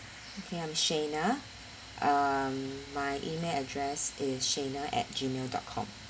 okay I'm shena um my email address is shena at gmail dot com